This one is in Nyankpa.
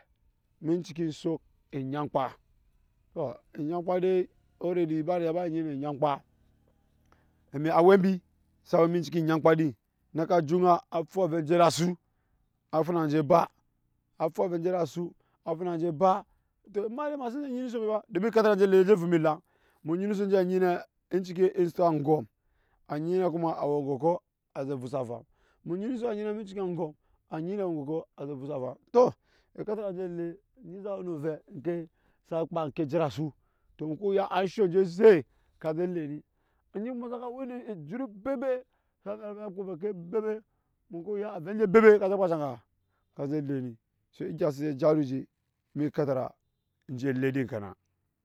Eme cikin ensok enyamkpa tɔ enyamkpa de already ba riga nyi nu onyamkpo di naka juŋa na fu avɛ je ede asu a na fu na anje ba a fu avɛ je ede asu na na fu na anje ba to ema de ema sini nyi se ba domi ekata nje ele enje efume elaŋ mu nyina ensok nje anyi ne eme ciki ensok aŋgɔm anyi ne kuma awe ngɔkɔ je vusa a vam tɔ ekatara nje ele onyi sa we nu ovɛ oŋke sa kpaa oŋke eje ede asu tɔ muku ya ansho anje eze sa je lee ni onyi mu saka we nu ejut bebe muku ya avɛ anje a bebe ka ze kpaa enshe aga ka ze lee ni so egya su je jara uje eme ekatara nje ele din kenan